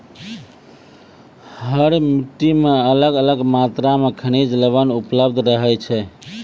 हर मिट्टी मॅ अलग अलग मात्रा मॅ खनिज लवण उपलब्ध रहै छै